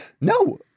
No